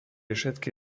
všetky